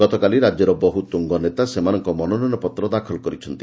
ଗତକାଲି ରାଜ୍ୟର ବହୁ ତୁଙ୍ଗନେତା ସେମାନଙ୍କ ମନୋନୟନ ପତ୍ର ଦାଖଲ କରିଛନ୍ତି